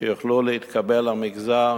שיוכלו להתקבל למגזר